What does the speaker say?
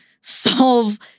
solve